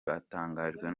batangajwe